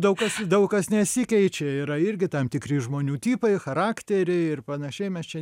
daug kas daug kas nesikeičia yra irgi tam tikri žmonių tipai charakteriai ir panašiai mes čia